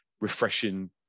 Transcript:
refreshing